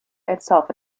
itself